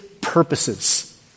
purposes